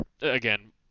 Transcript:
Again